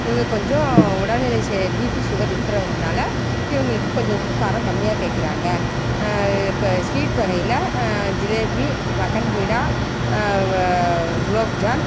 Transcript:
இங்கே கொஞ்சம் உடல்நிலை பிபி சுகர் இருக்குறவங்கனால் இவங்குளுக்கு கொஞ்சம் உப்பு காரம் கம்மியாக கேட்குறாங்க ஸ்வீட் வகையில் ஜிலேபி வக்கன் பீடா குலோப் ஜான்